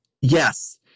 yes